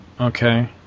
okay